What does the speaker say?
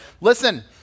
Listen